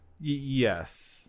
yes